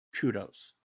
kudos